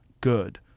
good